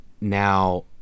now